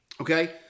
Okay